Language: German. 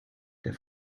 der